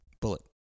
bullet